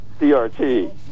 CRT